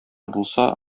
булса